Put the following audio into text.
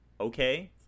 Okay